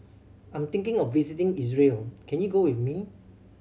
I'm thinking of visiting Israel can you go with me